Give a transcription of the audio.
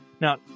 Now